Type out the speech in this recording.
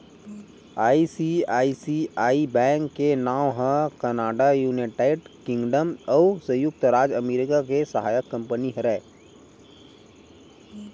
ICICI bank के नांव ह कनाड़ा, युनाइटेड किंगडम अउ संयुक्त राज अमरिका के सहायक कंपनी हरय